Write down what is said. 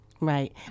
Right